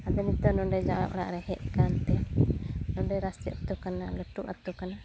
ᱟᱫᱚ ᱱᱤᱛᱚᱜ ᱱᱚᱸᱰᱮ ᱡᱟᱶᱟᱭ ᱚᱲᱟᱜ ᱨᱮ ᱦᱮᱡ ᱠᱟᱱᱛᱮ ᱱᱚᱸᱰᱮ ᱨᱟᱹᱥᱤ ᱟᱹᱛᱩ ᱠᱟᱱᱟ ᱞᱟᱹᱴᱩ ᱟᱹᱛᱩ ᱠᱟᱱᱟ